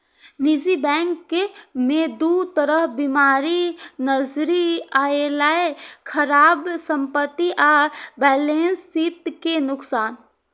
निजी बैंक मे दू तरह बीमारी नजरि अयलै, खराब संपत्ति आ बैलेंस शीट के नुकसान